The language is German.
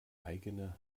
eigene